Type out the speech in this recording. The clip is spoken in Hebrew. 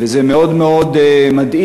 וזה מאוד מאוד מדאיג,